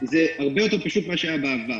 זה הרבה יותר פשוט ממה שהיה בעבר.